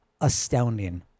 astounding